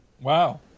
Wow